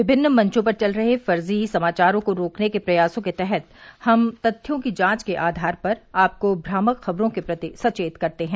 विभिन्न मंचों पर चल रहे फर्जी समाचारों को रोकने के प्रयासों के तहत हम तथ्यों की जांच के आधार पर आपको भ्रामक खबरों के प्रति सचेत करते हैं